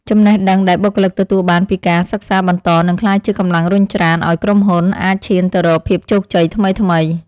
ចំណេះដឹងដែលបុគ្គលិកទទួលបានពីការសិក្សាបន្តនឹងក្លាយជាកម្លាំងរុញច្រានឱ្យក្រុមហ៊ុនអាចឈានទៅរកភាពជោគជ័យថ្មីៗ។